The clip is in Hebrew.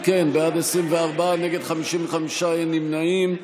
אם כן, בעד, 24, נגד, 55, אין נמנעים.